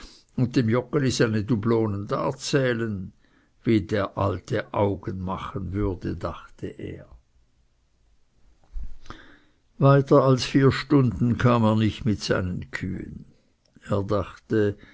und dem joggeli seine dublonen darzählen wie der alte augen machen würde dachte er weiter als vier stunden kam er nicht mit seinen kühen er dachte